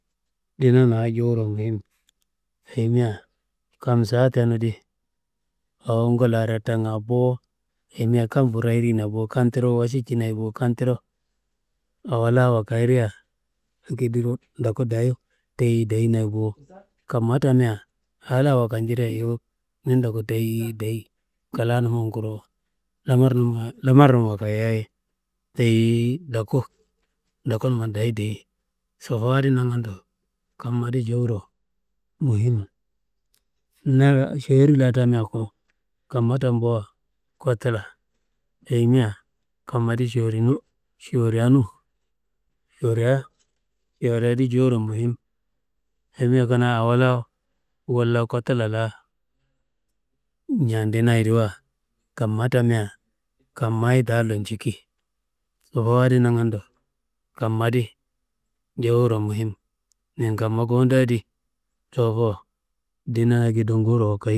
Ndinan awo jowuro muhim, ayimia kam saa tenu di, awongu la retanga bo ayimia, kam furayirina bo kam tiro waši cinaye bo, kam tiro awo la wakayiria, akediro ndako dayi teyi diyeinaye bo, kamma tamea awo la wakanjiria yuwu ni ndako teyi dayi, klanumun kuro, lamarnuma lamarnum wakayaye teyi ndoku ndokonuman dayi diyeyi, sobowu adi nangando kam adi jowuro muhim šori la tamea ko, kamma tambua kotula, ayimia kamma di šorinu, šorianun šoriaá šoriaà di jowuro muhim, ayimia kanaa awo la walla kotula la ñadinayediwa, kamma tamia kammayi dallo njiki. Sobowu adi nangando, kamma di jowuro muhim, nin kamma kowuda di dowofo ndina akedo ngufuro wakayi.